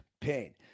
pain